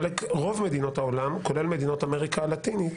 רוב מדינות העולם כולל מדינות אמריקה הלטינית